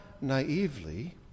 naively